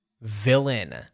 villain